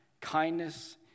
kindness